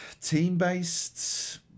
team-based